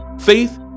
faith